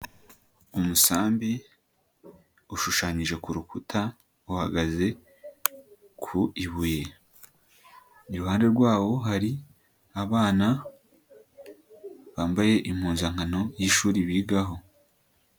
Umusambi ushushanyije ku rukuta uhagaze ku ibuye, iruhande rwawo hari abana bambaye impuzankano y'ishuri bigaho.